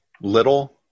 little